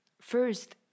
first